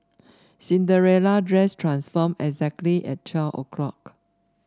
Cinderella dress transformed exactly at twelve o'clock